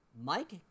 Mike